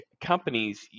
companies